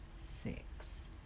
six